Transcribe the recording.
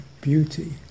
beauty